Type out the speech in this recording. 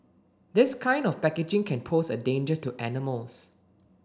this kind of packaging can pose a danger to animals